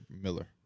Miller